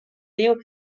riu